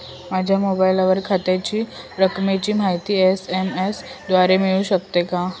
माझ्या मोबाईलवर खात्यातील रकमेची माहिती एस.एम.एस द्वारे मिळू शकते का?